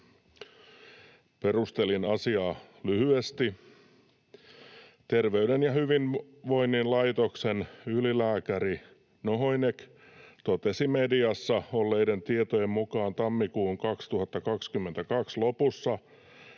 Perustelin asiaa lyhyesti: ”Terveyden ja hyvinvoinnin laitoksen ylilääkäri Nohynek totesi mediassa olleiden tietojen mukaan tammikuun 2022 lopussa,